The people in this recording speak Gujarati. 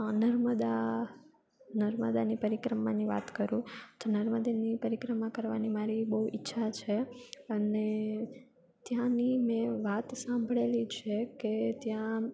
નર્મદા નર્મદાની પરિક્રમાની વાત કરું તો નર્મદાની પરિક્રમા કરવાની મારી બહુ ઈચ્છા છે અને ત્યાંની મેં વાત સાંભળેલી છે કે ત્યાં